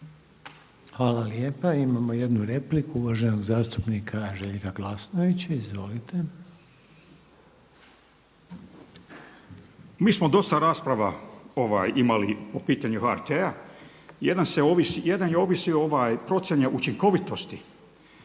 Hvala lijepa. Imamo jednu repliku uvaženog zastupnika Željka Glasnovića. Izvolite. **Glasnović, Željko (Nezavisni)** Mi smo dosta rasprava imali po pitanju HRT-a. Jedan je ovisio procjena učinkovitosti,